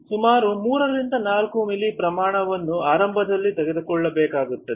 ಸುಮಾರು 3 ರಿಂದ 5 ಮಿಲಿ ಪರಿಮಾಣವನ್ನು ಆರಂಭದಲ್ಲಿ ತೆಗೆದುಕೊಳ್ಳಬೇಕಾಗುತ್ತದೆ